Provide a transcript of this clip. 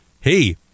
hey